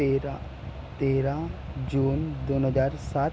तेरा तेरा जून दोन हजार सात